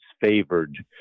favored